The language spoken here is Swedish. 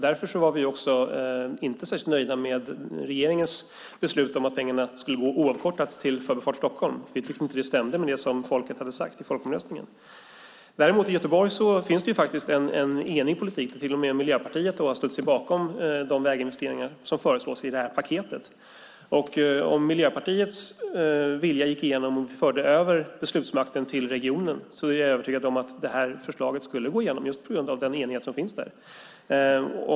Därför var vi inte särskilt nöjda med regeringens beslut om att pengarna skulle gå oavkortat till Förbifart Stockholm. Vi tyckte inte det stämde med vad folket hade sagt i folkomröstningen. I Göteborg finns en enig politik. Till och med Miljöpartiet har ställt sig bakom de väginvesteringar som föreslås i paketet. Om Miljöpartiets vilja gick igenom och beslutsmakten fördes över till regionen är jag övertygad om att förslaget skulle gå igenom just tack vare den enighet som finns där.